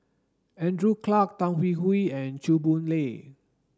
Andrew Clarke Tan Hwee Hwee and Chew Boon Lay